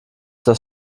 das